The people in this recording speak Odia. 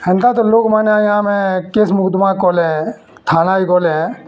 ହେନ୍ତା ତ ଲୋକ୍ମାନେ ଆଜ୍ଞା ଆମେ କେସ୍ ମକଦମା କଲେ ଥାନାକେ ଗଲେ